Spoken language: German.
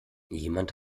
jemand